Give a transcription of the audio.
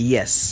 Yes